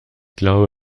glaube